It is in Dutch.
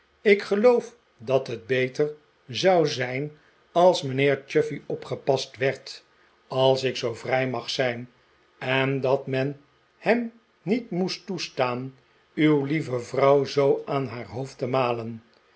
ik geloof dat het beter zou zijn als mijnheer chuffey opgepast werd als ik zoo vrij mag zijn en dat men hem niet moest toestaan uw lieve vrouw zoo aan haar hoofd te malen